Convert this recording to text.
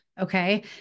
Okay